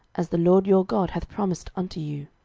as the lord your god hath promised unto you.